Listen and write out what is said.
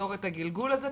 נעצור את הגלגול הזה,